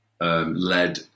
led